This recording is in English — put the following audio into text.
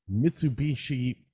Mitsubishi